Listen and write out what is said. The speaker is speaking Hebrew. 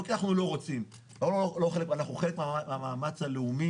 לא כי אנחנו לא רוצים, אנחנו חלק מהמאמץ הלאומי.